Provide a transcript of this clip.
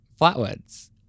Flatwoods